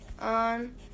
on